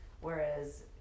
Whereas